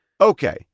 Okay